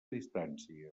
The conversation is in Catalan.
distància